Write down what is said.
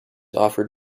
offered